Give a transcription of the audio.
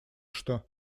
что